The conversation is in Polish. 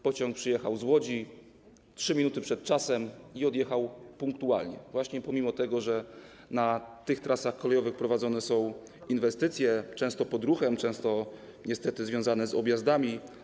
Pociąg przyjechał z Łodzi 3 min. przed czasem i odjechał punktualnie pomimo tego, że na tych trasach kolejowych prowadzone są inwestycje, często pod ruchem, często niestety związane jest to z objazdami.